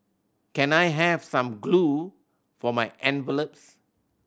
can I have some glue for my envelopes